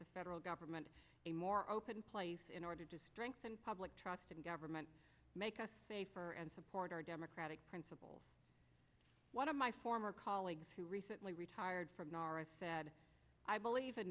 the federal government a more open place in order to strengthen public trust in government make us safer and support our democratic principles one of my former colleagues who recently retired from nara said i believe in